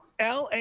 LA